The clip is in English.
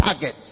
targets